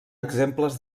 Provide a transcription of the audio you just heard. exemples